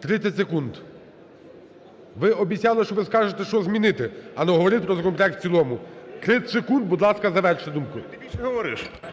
30 секунд. Ви обіцяли, що ви скажете, що змінити, а не говорити про законопроект в цілому. 30 секунд, будь ласка, завершіть думку. 16:39:04 МІЩЕНКО